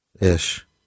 ish